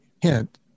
hint